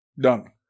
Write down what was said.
Done